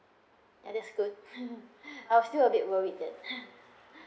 and it's good I'm still a bit worried that